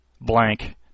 Blank